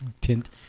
tint